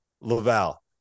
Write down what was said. Laval